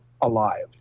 alive